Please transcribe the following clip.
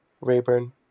Rayburn